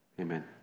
amen